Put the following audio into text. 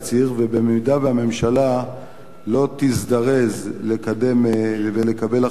ובמידה שהממשלה לא תזדרז לקדם ולקבל החלטות